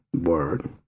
Word